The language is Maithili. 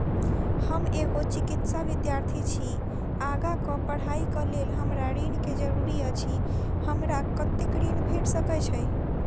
हम एगो चिकित्सा विद्यार्थी छी, आगा कऽ पढ़ाई कऽ लेल हमरा ऋण केँ जरूरी अछि, हमरा कत्तेक ऋण भेट सकय छई?